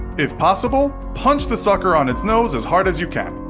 if possible, punch the sucker on its nose as hard as you can.